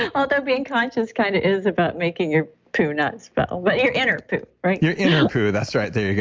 and although being conscious kind of is about making your poo not smell, but your inner poo your inner poo. that's right, there you go.